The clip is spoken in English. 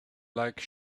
like